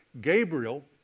Gabriel